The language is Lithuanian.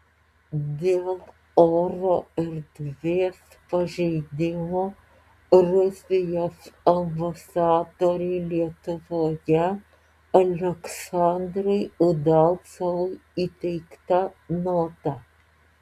dėl oro erdvės pažeidimo rusijos ambasadoriui lietuvoje aleksandrui udalcovui įteikta nota